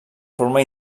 forma